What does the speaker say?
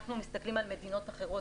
כשאנחנו מסתכלים על מדינות אחרות,